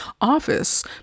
office